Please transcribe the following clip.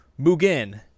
mugen